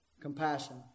Compassion